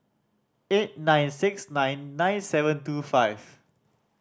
eight nine six nine nine seven two five